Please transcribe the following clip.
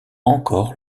encore